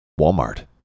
Walmart